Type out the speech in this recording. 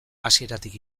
hasieratik